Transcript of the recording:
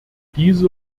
dieser